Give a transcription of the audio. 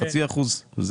חצי אחוז,